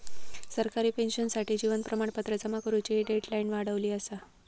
सरकारी पेंशनर्ससाठी जीवन प्रमाणपत्र जमा करुची डेडलाईन वाढवली असा